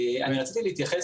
אני רציתי להתייחס